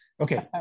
Okay